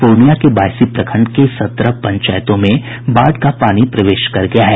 पूर्णियां के बायसी प्रखंड के सत्रह पंचायतों में बाढ़ का पानी प्रवेश कर गया है